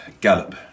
gallop